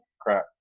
Crap